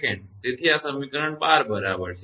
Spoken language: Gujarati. તેથી આ સમીકરણ 12 બરાબર છે